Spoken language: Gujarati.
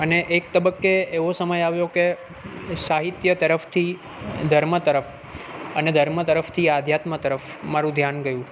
અને એક તબક્કે એવો સમય આવ્યો કે સાહિત્ય તરફથી ધર્મ તરફ અને ધર્મ તરફથી આધ્યાત્મ તરફ મારું ધ્યાન ગયું